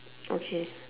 okay